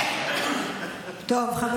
בבקשה.